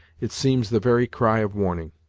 it seems the very cry of warning.